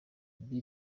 ibi